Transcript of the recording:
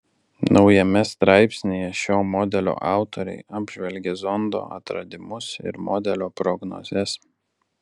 naujame straipsnyje šio modelio autoriai apžvelgia zondo atradimus ir modelio prognozes